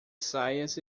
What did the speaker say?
saias